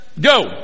go